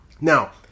Now